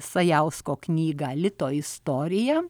sajausko knygą lito istorija